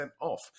off